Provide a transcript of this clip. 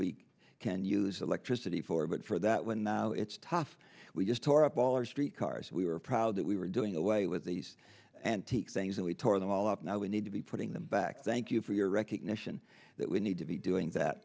we can use electricity for but for that when now it's tough we just tore up all our street cars and we were proud that we were doing away with these antique things and we tore them all up now we need to be putting them back thank you for your recognition that we need to be doing that